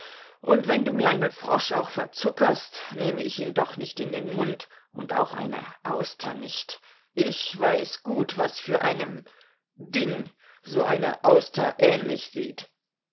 und wenn du mir einen frosch auch verzuckerst nehme ich ihn doch nicht in den mund und auch eine auster nicht ich weiß gut was für einem ding so eine auster ähnlich sieht